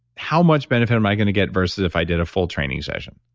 how much benefit am i going to get versus if i did a full training session?